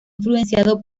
influenciado